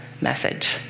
message